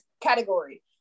category